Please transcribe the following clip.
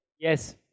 Yes